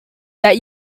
that